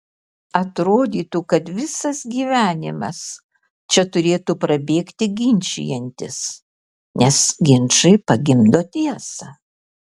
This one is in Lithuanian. atrodytų kad visas gyvenimas čia turėtų prabėgti ginčijantis nes ginčai pagimdo tiesą